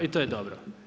I to je dobro.